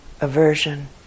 aversion